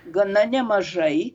gana nemažai